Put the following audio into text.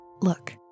Look